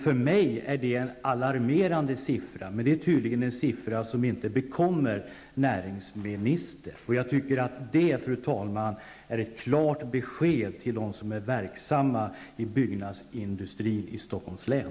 För mig är det ett alarmerande tal, men det är tydligen inte något som bekommer näringsministern. Det är ett klart besked, fru talman, till dem som är verksamma i byggnadsindustrin i Stockholms län.